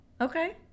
okay